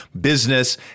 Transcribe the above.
business